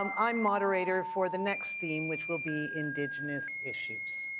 um i'm moderator for the next theme which will be indigenous issues.